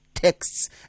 Texts